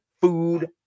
food